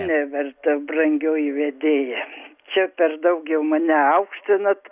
neverta brangioji vedėja čia per daug jau mane aukštinat